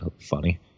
funny